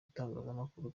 itangazamakuru